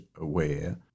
aware